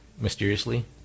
mysteriously